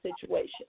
situation